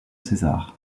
césar